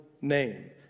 name